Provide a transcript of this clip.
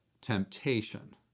temptation